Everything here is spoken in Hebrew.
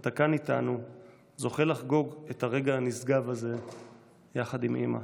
אתה כאן איתנו זוכה לחגוג את הרגע הנשגב הזה יחד עם אימא.